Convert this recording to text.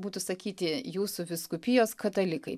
būtų sakyti jūsų vyskupijos katalikai